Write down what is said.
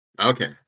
okay